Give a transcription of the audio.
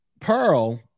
pearl